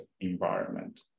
environment